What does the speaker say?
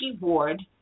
Ward